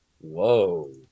Whoa